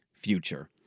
future